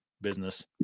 business